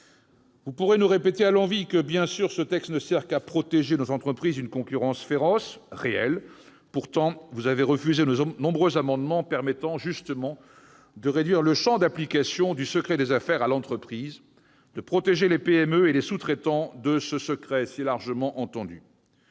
Vous nous répétez à l'envi que ce texte, bien entendu, ne sert qu'à protéger nos entreprises d'une concurrence féroce- et réelle -, mais vous avez refusé nos nombreux amendements qui visaient, justement, à réduire le champ d'application du secret des affaires à l'entreprise et à protéger les PME et les sous-traitants de ce secret si largement défini.